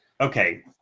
Okay